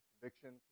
conviction